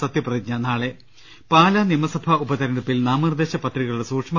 സത്യപ്രതിജ്ഞ നാളെ പാലാ നിയമസഭാ ഉപതെരഞ്ഞെടുപ്പിൽ നാമനിർദ്ദേശപത്രികകളുടെ സൂക്ഷ്മ